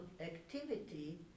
activity